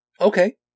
Okay